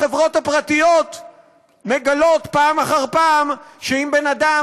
החברות הפרטיות מגלות פעם אחר פעם שאם בן-אדם